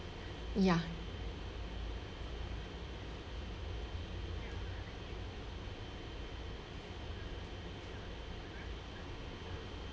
ya